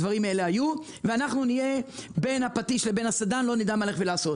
הדברים האלה היו ואנחנו נהיה בין הפטיש לסדן ולא נדע מה לעשות.